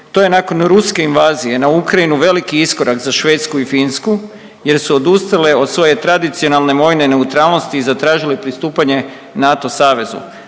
To je nakon ruske invazije na Ukrajinu veliki iskorak za Švedsku i Finsku jer su odustala od svoje tradicionalne vojne neutralnosti i zatražile pristupanje NATO savezu.